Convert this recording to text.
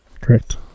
Correct